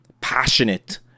passionate